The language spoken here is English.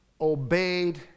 obeyed